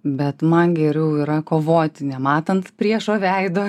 bet man geriau yra kovoti nematant priešo veido